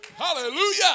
Hallelujah